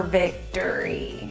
victory